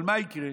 אבל מה יקרה?